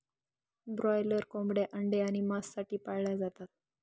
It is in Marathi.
ब्रॉयलर कोंबड्या अंडे आणि मांस साठी पाळल्या जातात